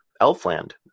Elfland